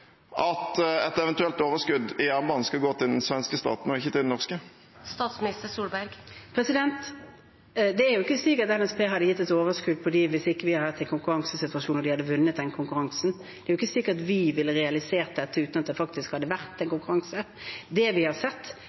at et eventuelt overskudd i jernbanen skal gå til den svenske staten og ikke til den norske? Det er ikke slik at NSB hadde gitt et overskudd på dem hvis ikke vi hadde hatt en konkurransesituasjon og de hadde vunnet den konkurransen. Det er ikke sikkert Vy ville realisert dette uten at det faktisk hadde vært en konkurranse. Det vi har sett,